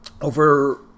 over